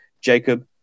Jacob